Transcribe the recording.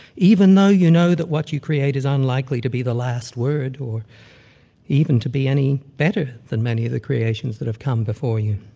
even though you know that what you create is unlikely to be the last word, or even to be any better than many of the creations that have come before you.